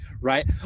right